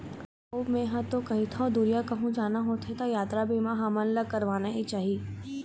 अऊ मेंहा तो कहिथँव दुरिहा कहूँ जाना होथे त यातरा बीमा हमन ला करवाना ही चाही